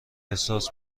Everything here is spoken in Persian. احساس